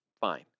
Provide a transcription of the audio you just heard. fine